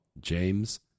James